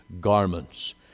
garments